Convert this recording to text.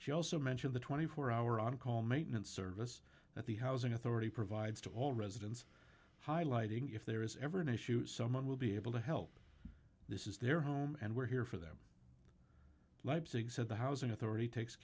she also mentioned the twenty four hour on call maintenance service that the housing authority provides to all residents highlighting if there is ever an issue someone will be able to help this is their home and we're here for them leipzig said the housing authority takes